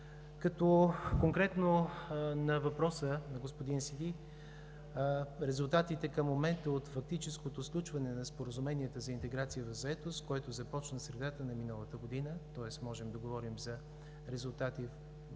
Конкретно на въпроса на господин Сиди. Резултатите към момента от фактическото сключване на Споразумението за интеграция в заетост, който започна в средата на миналата година – тоест можем да говорим за резултати за